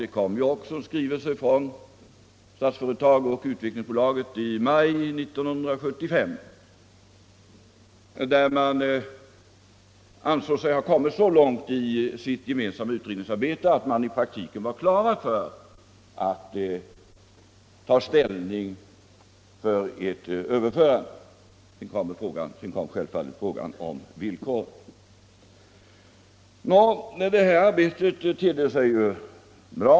Det kom också en skrivelse från Statsföretag och Utvecklingsbolaget i maj 1975, där man ansåg sig ha nått så långt i sitt gemensamma utvecklingsarbete att man i praktiken var klar att ta ställning för ett överförande av Utvecklingsbolaget till Statsföretag. Sedan kommer självfallet frågan om villkoren. Det här arbetet tedde sig ju bra.